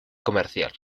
comerciar